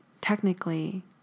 technically